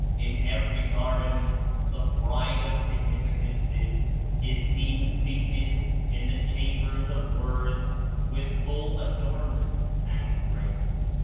in every garden the bride of significances is seen seated in the chambers of words with full adornment and grace.